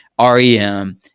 REM